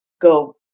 go